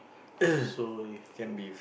so if if